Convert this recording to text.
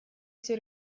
все